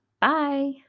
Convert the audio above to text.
Bye